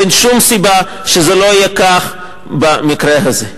ואין שום סיבה שזה לא יהיה כך במקרה הזה.